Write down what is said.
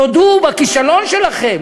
תודו בכישלון שלכם.